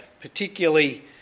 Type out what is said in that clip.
particularly